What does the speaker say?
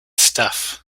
stuff